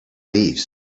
leaves